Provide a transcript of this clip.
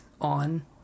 on